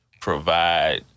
provide